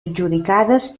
adjudicades